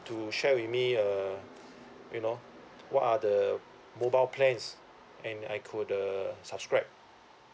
to share with me uh you know what are the mobile plans and I could uh subscribe